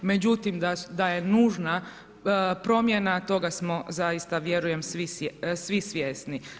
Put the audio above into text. Međutim, da je nužna promjena, toga smo zaista vjerujem svi svjesni.